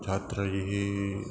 छात्रैः